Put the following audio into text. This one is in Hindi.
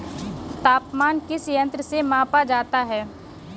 तापमान किस यंत्र से मापा जाता है?